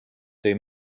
tõi